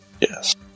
Yes